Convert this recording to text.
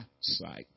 sight